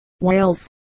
Wales